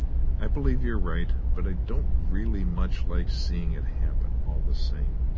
i believe you're right. but i don't really much like seeing it happen, all the same.